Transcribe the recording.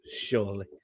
surely